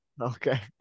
Okay